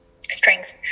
strength